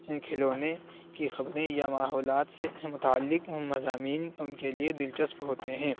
کھلونے کی خبریں یا ماحولات سے متعلق مضامین ان کے لیے دلچسپ ہوتے ہیں